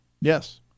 Yes